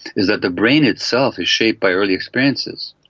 is that the brain itself is shaped by early experiences,